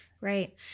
Right